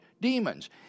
demons